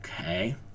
Okay